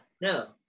no